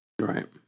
Right